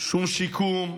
שום שיקום,